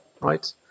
right